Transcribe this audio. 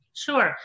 Sure